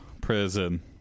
prison